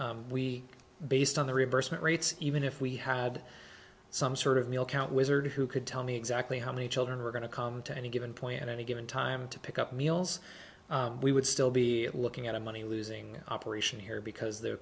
time we based on the reimbursement rates even if we had some sort of meal count wizard who could tell me exactly how many children were going to come to any given point any given time to pick up meals we would still be looking at a money losing operation here because the